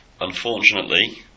Unfortunately